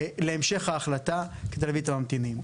להמשך ההחלטה כדי להביא את הממתינים.